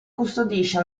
custodisce